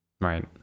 Right